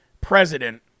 president